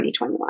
2021